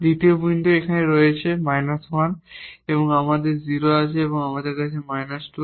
দ্বিতীয় বিন্দু আমাদের এখানে আছে 1 আমাদের 0 আছে এবং আমাদের আছে 2